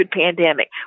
pandemic